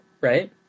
right